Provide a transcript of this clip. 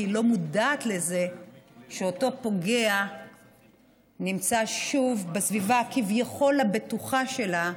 כי היא לא מודעת לזה שאותו פוגע נמצא שוב בסביבה הכביכול-בטוחה שלה,